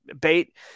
bait